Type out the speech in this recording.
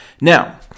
Now